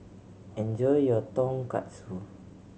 enjoy your Tonkatsu